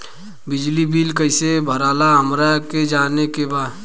बिजली बिल कईसे भराला हमरा के जाने के बा?